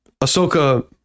ahsoka